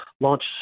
launch